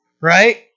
right